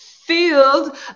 filled